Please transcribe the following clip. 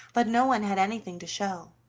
but no one had anything to show.